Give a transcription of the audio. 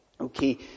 Okay